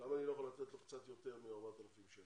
למה אני לא יכול לתת לו קצת יותר מ-4,000 שקלים?